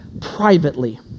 privately